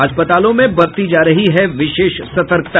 अस्पतालों में बरती जा रही विशेष सतर्कता